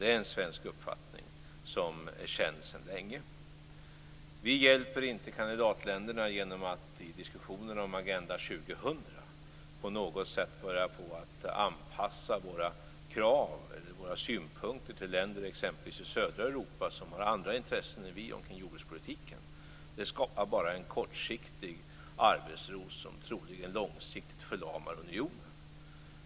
Det är en svensk uppfattning som är känd sedan länge. Vi hjälper inte kandidatländerna genom att i diskussioner om Agenda 2000 på något sätt börja anpassa våra krav eller våra synpunkter till länder exempelvis i södra Europa som har andra intressen än vi kring jordbrukspolitiken. Det skapar bara en kortsiktig arbetsro som troligen långsiktigt förlamar unionen.